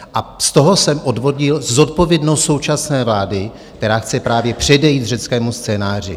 A z toho jsem odvodil zodpovědnost současné vlády, která chce právě předejít řeckému scénáři.